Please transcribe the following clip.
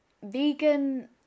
Vegan